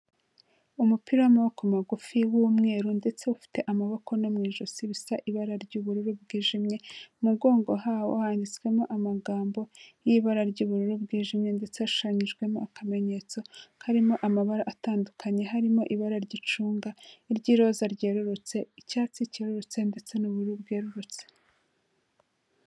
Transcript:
Umupira w'amaboko magufi w'umweru ndetse ufite amaboko no mu ijosi bisa ibara ry'ubururu bwijimye, mu mugongo hawo handitswemo amagambo y'ibara ry'ubururu bwijimye ndetse hashushanyijwemo akamenyetso karimo amabara atandukanye, harimo ibara ry'icunga, iry'iroza ryerurutse, icyatsi cyerurutse ndetse n'ubururu bwerurutse.